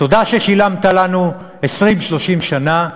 תודה ששילמת לנו 30-20 שנה,